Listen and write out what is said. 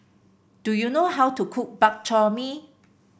do you know how to cook Bak Chor Mee